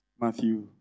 Matthew